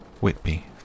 Whitby